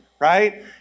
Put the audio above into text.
Right